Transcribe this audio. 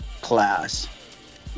class